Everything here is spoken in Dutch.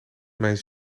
mijn